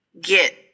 get